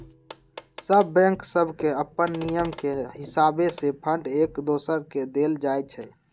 सभ बैंक सभके अप्पन नियम के हिसावे से फंड एक दोसर के देल जाइ छइ